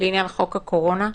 לעניין חוק הקורונה,